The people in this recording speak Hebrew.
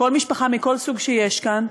כל משפחה מכל סוג שיש כאן,